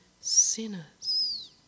sinners